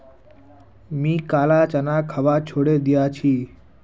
मी काला चना खवा छोड़े दिया छी